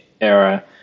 era